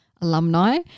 alumni